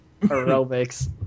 aerobics